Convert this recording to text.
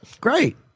Great